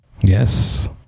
Yes